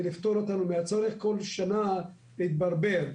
לפתור אותנו מהצורך כל שנה להתברבר.